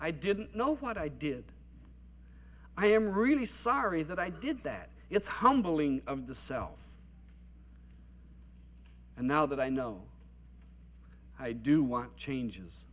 i didn't know what i did i am really sorry that i did that it's humbling of the self and now that i know i do want changes